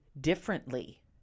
differently